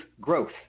growth